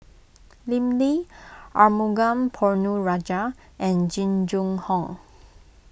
Lim Lee Arumugam Ponnu Rajah and Jing Jun Hong